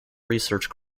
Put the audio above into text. research